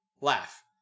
Laugh